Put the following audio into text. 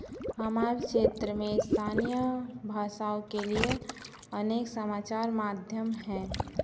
हमारे क्षेत्र में स्थानीय भाषाओं के लिए अनेक समाचार माध्यम हैं